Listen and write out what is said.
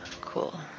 Cool